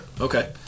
Okay